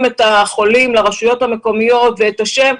את החולים לרשויות המקומיות ואת שמותיהם,